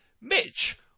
Mitch